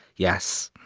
yes,